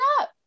up